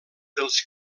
dels